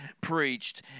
preached